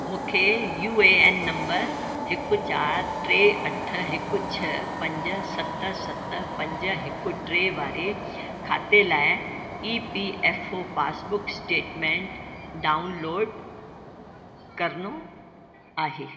मूंखे U A N number हिकु चारि टे अठ हिकु छह पंज सत सत पंज हिकु टे वारे खाते लाइ E P F O passbook statement download करिणो आहे